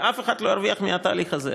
ואף אחד לא ירוויח מהתהליך הזה.